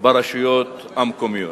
ברשויות המקומיות.